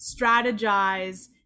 strategize